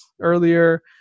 earlier